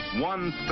one